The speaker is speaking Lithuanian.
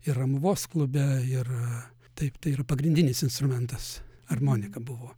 ir ramuvos klube ir taip tai yra pagrindinis instrumentas armonika buvo